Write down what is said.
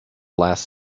last